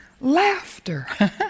Laughter